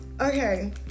okay